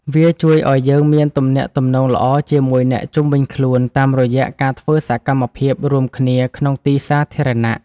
វាជួយឱ្យយើងមានទំនាក់ទំនងល្អជាមួយអ្នកជុំវិញខ្លួន តាមរយៈការធ្វើសកម្មភាពរួមគ្នាក្នុងទីសាធារណៈ។